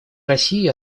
россии